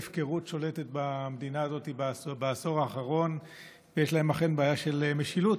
ההפקרות שולטת במדינה הזו בעשור האחרון ויש להם אכן בעיה של משילות,